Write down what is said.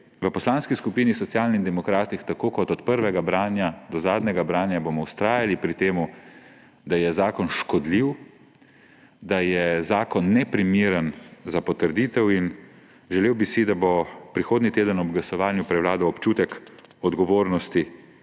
V Poslanski skupini Socialnih demokratov – tako kot od prvega branja do zadnjega branja – bomo vztrajali pri tem, da je zakon škodljiv, da je zakon neprimeren za potrditev. In želel bi si, da bo prihodnji teden ob glasovanju prevladal občutek odgovornosti